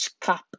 Cup